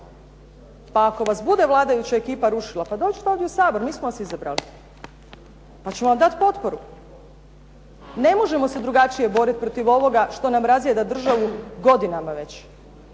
Pa ako vas bude vladajuća ekipa rušila, dođite ovdje u Sabor mi smo vas izabrali, pa ćemo vam dati potporu. Ne možemo se drugačije boriti protiv ovoga što nam razjeda državu godinama već.